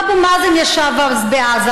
אבו מאזן ישב אז בעזה,